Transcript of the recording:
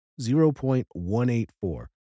0.184